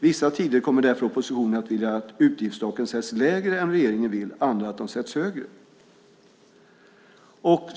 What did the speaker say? Vissa tider kommer därför oppositionen att vilja att utgiftstaken sätts lägre än regeringen vill, andra att de sätts högre.